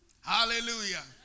Hallelujah